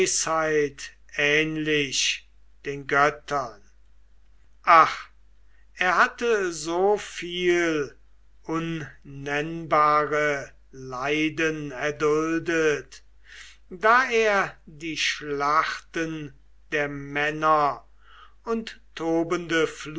ähnlich den göttern ach er hatte so viel unnennbare leiden erduldet da er die schlachten der männer und tobende